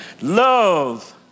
Love